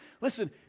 Listen